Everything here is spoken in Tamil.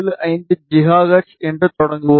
75 ஜிகாஹெர்ட்ஸ் என்று தொடங்குவோம்